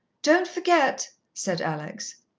don't forget, said alex.